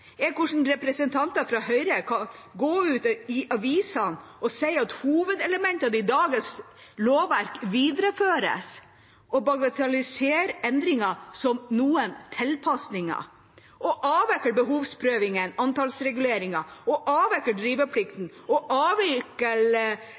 er hvordan representanter fra Høyre kan gå ut i avisene og si at hovedelementene i dagens lovverk videreføres, og bagatellisere endringene som noen tilpasninger.